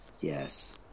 Yes